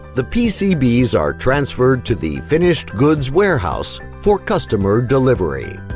the pcbs are transferred to the finished goods warehouse for customer delivery.